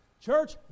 Church